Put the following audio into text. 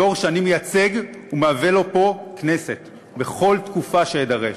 דור שאני מייצג ומהווה לו פה כנסת לכל תקופה שאדרש,